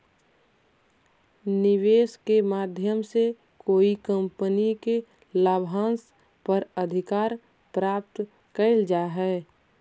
निवेश के माध्यम से कोई कंपनी के लाभांश पर अधिकार प्राप्त कैल जा हई